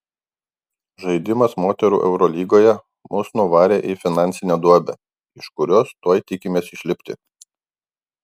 žaidimas moterų eurolygoje mus nuvarė į finansinę duobę iš kurios tuoj tikimės išlipti